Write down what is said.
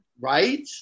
Right